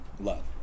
Love